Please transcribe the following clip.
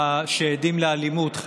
שעדים לאלימות,